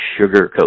sugarcoat